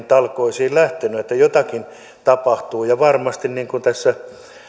talkoisiin lähtenyt siihen että jotakin tapahtuu ja niin kuin tässä